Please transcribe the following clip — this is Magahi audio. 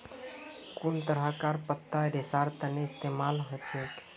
कुन तरहकार पत्ता रेशार तने इस्तेमाल हछेक